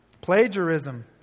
Plagiarism